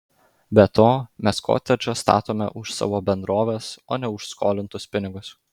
be to mes kotedžą statome už savo bendrovės o ne už skolintus pinigus